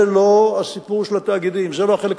זה נכון שעולה מחיר המים,